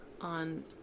on